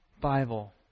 Bible